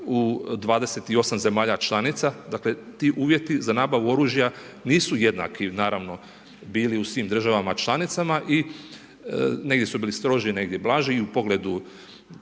u 28 zemalja članica, dakle ti uvjeti za nabavu oružja nisu jednaki naravno bili u svim državama članicama i negdje su bili stroži, negdje blaži. I u pogledu,